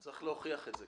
צריך להוכיח את זה.